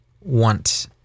want